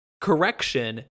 correction